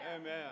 amen